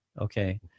okay